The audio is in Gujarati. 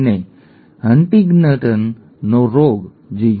અને હન્ટિંગ્ટનનો રોગ જે યુ